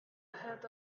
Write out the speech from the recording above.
heard